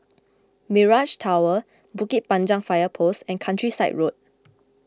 Mirage Tower Bukit Panjang Fire Post and Countryside Road